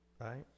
right